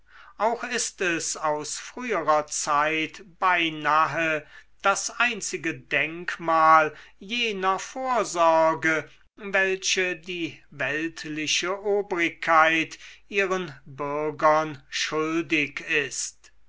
auch ist es aus früherer zeit beinahe das einzige denkmal jener vorsorge welche die weltliche obrigkeit ihren bürgern schuldig ist